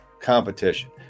competition